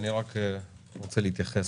אני רק רוצה להתייחס.